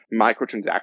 microtransactions